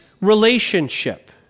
relationship